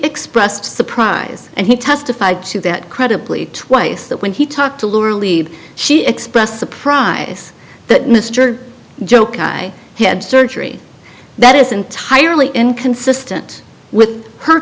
expressed surprise and he testified to that credibly twice that when he talked to literally she expressed surprise that mr joke i had surgery that is entirely inconsistent with her